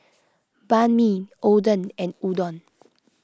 Banh Mi Oden and Udon